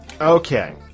Okay